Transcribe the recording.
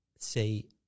say